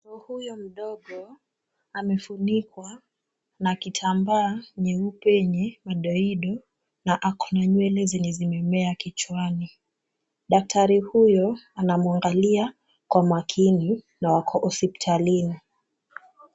Mtoto huyo mdogo, amefunikwa, na kitambaa nyeupe yenye madoido na akuna nywele zenye zimemea kichwani. Daktari huyo anamwangalia kwa makini na wako hospitalini.